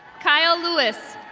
kyle lewis.